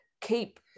keep